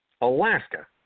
Alaska